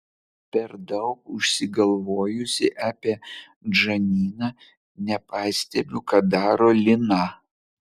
per daug užsigalvojusi apie džaniną nepastebiu ką daro lina